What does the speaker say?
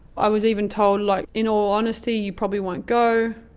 i was even told, like in all honesty, you probably won't go.